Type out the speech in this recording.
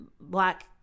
Black